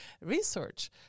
research